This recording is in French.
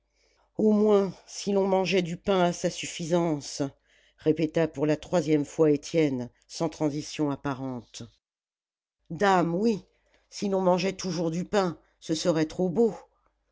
au moins si l'on mangeait du pain à sa suffisance répéta pour la troisième fois étienne sans transition apparente dame oui si l'on mangeait toujours du pain ce serait trop beau